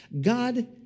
God